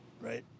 right